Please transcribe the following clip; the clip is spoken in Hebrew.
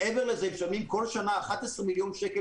מעבר לזה הם משלמים כל שנה 11 מיליון שקל